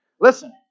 Listen